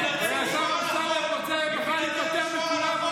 השר אמסלם רוצה מחר להיפטר מכולם,